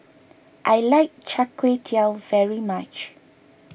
I like Char Kway Teow very much